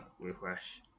refresh